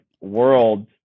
world